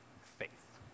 faith